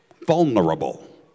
vulnerable